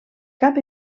cap